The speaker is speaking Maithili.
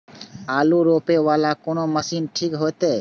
आलू रोपे वाला कोन मशीन ठीक होते?